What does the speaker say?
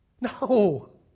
No